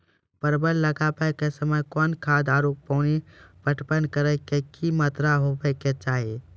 परवल लगाबै के समय कौन खाद आरु पानी पटवन करै के कि मात्रा होय केचाही?